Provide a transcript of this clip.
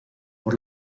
por